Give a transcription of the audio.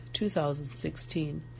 2016